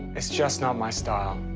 it's just not my style.